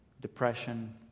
Depression